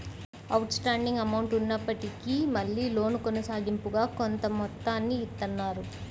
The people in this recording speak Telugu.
అవుట్ స్టాండింగ్ అమౌంట్ ఉన్నప్పటికీ మళ్ళీ లోను కొనసాగింపుగా కొంత మొత్తాన్ని ఇత్తన్నారు